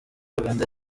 uganda